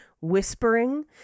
whispering